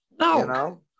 No